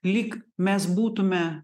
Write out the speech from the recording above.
lyg mes būtume